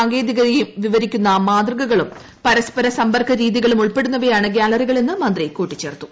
സാങ്കേതികതയും വിവരിക്കുന്ന മാതൃകകളും പരസ്പര സമ്പർക്ക രീതികളും ഉൾപ്പെടുന്നവയാണ് ഗാലറികളെന്ന് മന്ത്രി കൂട്ടിച്ചേർത്തു